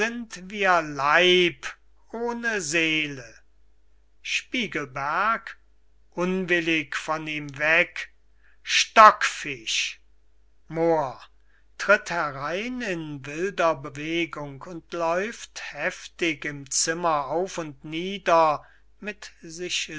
leib ohne seele spiegelberg unwillig von ihm weg stockfisch moor tritt herein in wilder bewegung und läuft heftig im zimmer auf und nieder mit sich